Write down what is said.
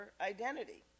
identity